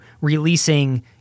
releasing